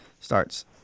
starts